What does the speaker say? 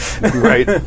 Right